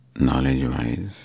Knowledge-wise